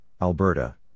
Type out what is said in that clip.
Alberta